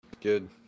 Good